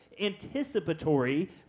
anticipatory